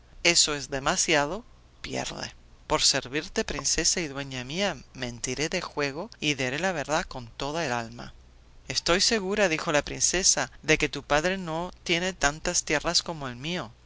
eso es demasiado pierde por servirte princesa y dueña mía mentiré de juego y diré la verdad con toda el alma estoy segura dijo la princesa de que tu padre no tiene tantas tierras como el mío